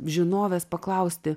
žinovės paklausti